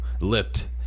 lift